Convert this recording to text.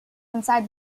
inside